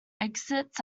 exits